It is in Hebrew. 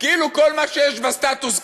כאילו כל מה שיש בסטטוס-קוו